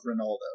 Ronaldo